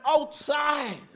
outside